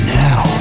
now